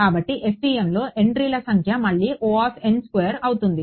కాబట్టి FEMలో ఎంట్రీల సంఖ్య మళ్లీ అవుతుంది